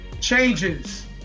Changes